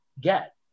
get